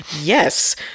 Yes